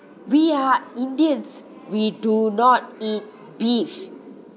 we are indians we do not eat beef